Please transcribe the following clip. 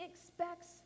expects